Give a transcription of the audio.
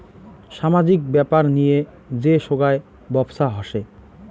সামাজিক ব্যাপার নিয়ে যে সোগায় ব্যপছা হসে